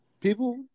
People